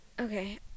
okay